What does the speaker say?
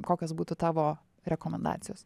kokios būtų tavo rekomendacijos